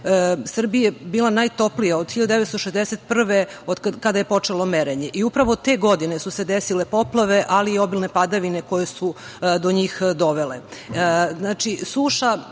Srbija je bila najtoplija od 1961. godine, od kada je počelo merenje. Upravo te godine su se desile poplave, ali i obilne padavine koje su do njih dovele.